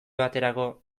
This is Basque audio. baterako